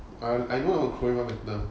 I know the korean one better